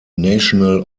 national